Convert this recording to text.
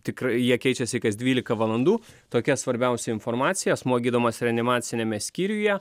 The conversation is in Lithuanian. tikrai jie keičiasi kas dvylika valandų tokia svarbiausia informacija asmuo gydomas reanimaciniame skyriuje